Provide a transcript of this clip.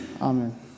Amen